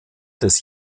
des